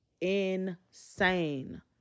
insane